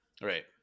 Right